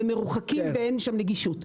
והם מרוחקים ואין בהם נגישות,